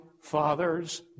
father's